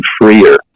freer